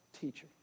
teacher